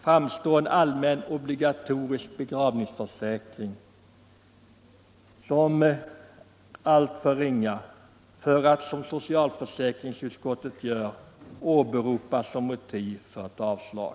framstår kostnaderna för en allmän obligatorisk begravningsförsäkring som alltför ringa för att, som socialförsäkringsutskottet gör, åberopas som motiv för ett avslag.